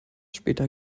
später